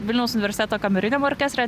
vilniaus universiteto kameriniam orkesre